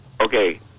Okay